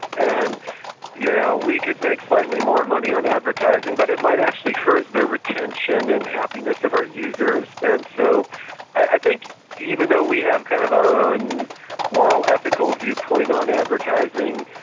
and you know we could make slightly more money on advertising but it might actually hurt the retention and happiness of our users. and so i think even though we have kind of our own moral ethical viewpoint on advertising,